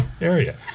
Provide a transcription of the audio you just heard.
area